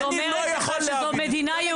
אם אתה לא תבין שפה זו מדינה של